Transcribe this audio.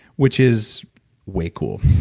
which is way cool.